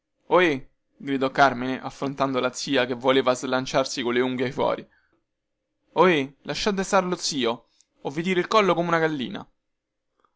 ohè gridò carmine affrontando la zia che voleva slanciarsi colle unghie fuori ohè non toccate mio zio o vi tiro il collo come una gallina